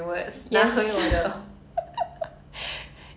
but I will say one thing 举手不回